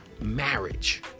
marriage